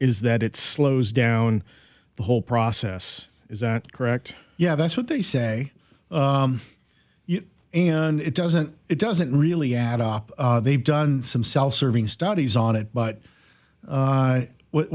is that it slows down the whole process is that correct yeah that's what they say and it doesn't it doesn't really add up they've done some self serving studies on it but what